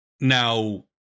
Now